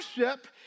worship